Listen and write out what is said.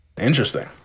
interesting